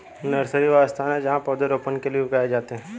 nursery, वह स्थान जहाँ पौधे रोपने के लिए उगाए जाते हैं